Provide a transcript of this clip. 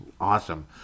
awesome